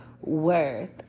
worth